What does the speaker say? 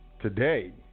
Today